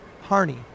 Harney